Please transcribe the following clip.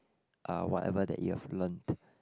uh whatever that you have learnt